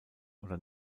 oder